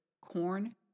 corn